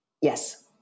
Yes